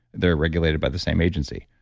they're regulated by the same agency,